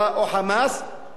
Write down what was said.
בבית-חולים "סורוקה"